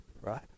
Right